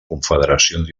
confederacions